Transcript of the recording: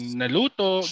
naluto